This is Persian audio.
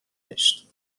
نوشت